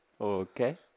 Okay